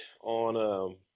on